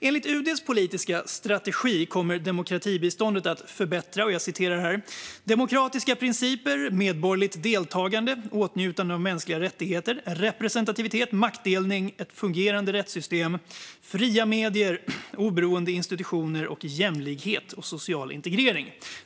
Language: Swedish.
Enligt UD:s politiska strategi kommer demokratibiståndet att förbättra följande områden: demokratiska principer, medborgerligt deltagande, åtnjutande av mänskliga rättigheter, representativitet, maktdelning, ett fungerande rättssystem, fria medier, oberoende institutioner, jämlikhet och social integrering.